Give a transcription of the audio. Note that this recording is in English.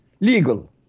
legal